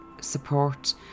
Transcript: support